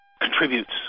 contributes